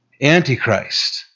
Antichrist